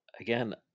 again